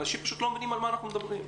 אנשים לא מבינים פשוט על מה אנחנו מדברים.